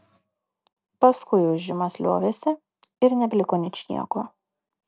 paskui ūžimas liovėsi ir nebeliko ničnieko